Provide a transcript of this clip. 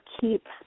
keep